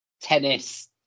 tennis